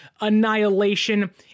annihilation